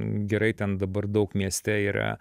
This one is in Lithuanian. gerai ten dabar daug mieste yra